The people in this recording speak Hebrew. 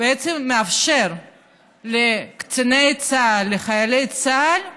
בעצם מאפשר לקציני צה"ל, לחיילי צה"ל,